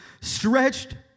stretched